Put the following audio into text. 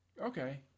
okay